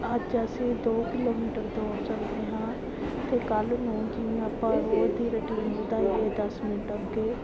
ਅੱਜ ਅਸੀਂ ਦੋ ਕਿਲੋਮੀਟਰ ਦੌੜ ਸਕਦੇ ਹਾਂ ਅਤੇ ਕੱਲ੍ਹ ਨੂੰ ਜਿਵੇਂ ਆਪਾਂ ਰੋਜ਼ ਦੀ ਰੂਟੀਨ ਵਧਾਈਏ ਦਸ ਮਿੰਟ ਅੱਗੇ